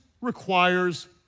requires